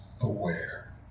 aware